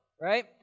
right